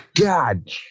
God